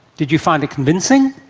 did you find it convincing?